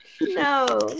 No